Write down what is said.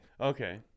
Okay